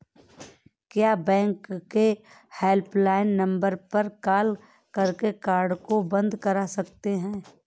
क्या बैंक के helpline number पर कॉल करके कार्ड को बंद करा सकते हैं?